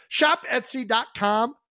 Shopetsy.com